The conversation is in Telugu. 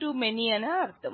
టూ మెనీ అని అర్థం